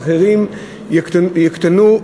ואחרים יקטנו,